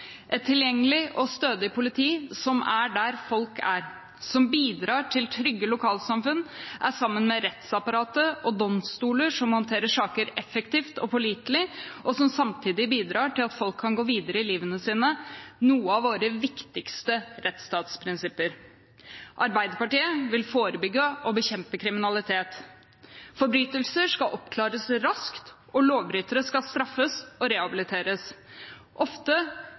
Et tilgjengelig og stødig politi som er der folk er, og som bidrar til trygge lokalsamfunn, er – sammen med rettsapparatet og domstoler som håndterer sakene effektivt og pålitelig, og som samtidig bidrar til at folk kan gå videre i livet sitt – noen av våre viktigste rettsstatsprinsipper. Arbeiderpartiet vil forebygge og bekjempe kriminalitet. Forbrytelser skal oppklares raskt, og lovbrytere skal straffes og rehabiliteres.